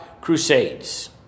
Crusades